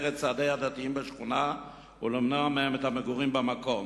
את צעדי הדתיים בשכונה ולמנוע מהם את המגורים במקום.